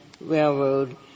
railroad